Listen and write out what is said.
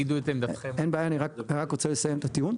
אני רק רוצה לסיים את הטיעון.